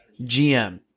GM